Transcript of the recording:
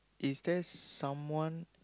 is there someone